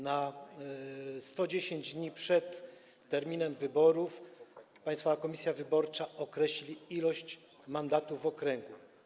Na 110 dni przed terminem wyborów Państwowa Komisja Wyborcza określi liczbę mandatów w okręgu.